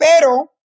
Pero